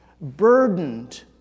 burdened